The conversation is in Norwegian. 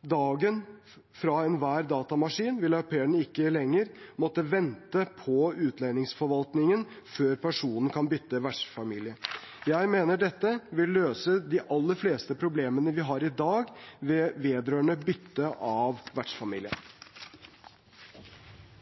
dagen fra enhver datamaskin, vil au pairen ikke lenger måtte vente på utlendingsforvaltningen før personen kan bytte vertsfamilie. Jeg mener dette vil løse de aller fleste problemene vi har i dag vedrørende bytte av vertsfamilie.